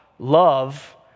love